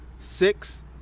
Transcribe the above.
Six